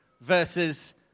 versus